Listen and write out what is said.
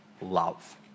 love